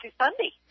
Sunday